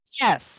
Yes